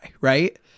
right